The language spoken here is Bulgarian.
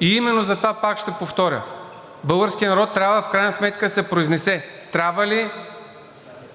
Именно затова, пак ще повторя, българският народ трябва в крайна сметка да се произнесе: трябва ли